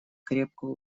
крепко